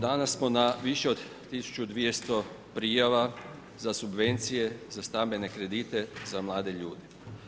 Danas smo na više od 1200 prijava za subvencije za stambene kredite, za mlade ljude.